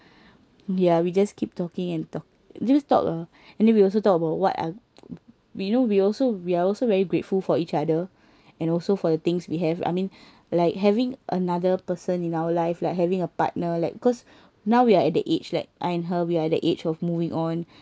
ya we just keep talking and talki~ just talk uh and then we also talk about what ar~ we know we also we are also very grateful for each other and also for the things we have I mean like having another person in our life like having a partner like cause now we are at the age like I and her we are the age of moving on